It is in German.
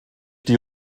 die